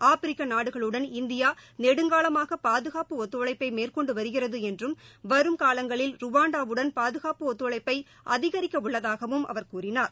ஆப்பிரிக்க நாடுகளுடன் இந்தியா நெடுங்காலமாக பாதுகாப்பு ஒத்துழைப்பை மேற்கொண்டு வருகிறது என்றும் வரும் காலங்களில் ருவாண்டாவுடன் பாதுகாப்பு ஒத்துழைப்பை அதிகரிக்க உள்ளதாகவும் அவர் கூறினார்